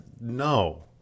no